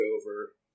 over